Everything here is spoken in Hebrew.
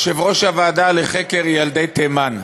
יושב-ראש הוועדה לחקר פרשת ילדי תימן,